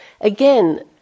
Again